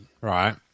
right